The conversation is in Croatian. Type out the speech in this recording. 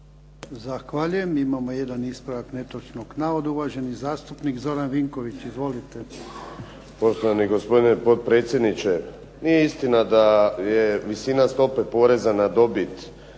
Zahvaljujem. Imamo jedan ispravak netočnog navoda, uvaženi zastupnik Zoran Vinković. Izvolite. **Vinković, Zoran (SDP)** Poštovani gospodine potpredsjedniče, nije istina da je visina stope poreza na dobit